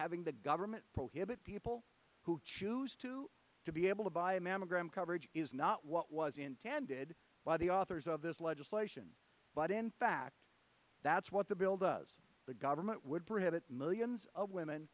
having the government prohibit people who choose to be able to buy a mammogram coverage not what was intended by the authors of this legislation but in fact that's what the bill does the government would bring at it millions of women